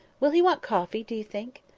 will he want coffee, do you think?